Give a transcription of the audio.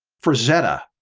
frazetta,